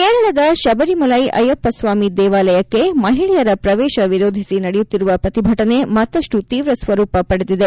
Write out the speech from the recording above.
ಕೇರಳದ ಶಬರಿಮಲೈ ಅಯ್ಯಪ್ಪಡ್ವಾಮಿ ದೇವಾಲಯಕ್ಕೆ ಮಹಿಳೆಯರ ಶ್ರವೇಶ ವಿರೋಧಿಸಿ ನಡೆಯುತ್ತಿರುವ ಪ್ರತಿಭಟನೆ ಮತ್ತಪ್ಟು ತೀವ್ರ ಸ್ವರೂಪ ಪಡೆದಿದೆ